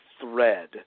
thread